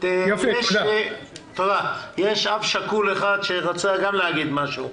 יש אב שכול שרצה להגיד משהו,